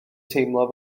teimlo